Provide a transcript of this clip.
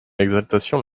exaltation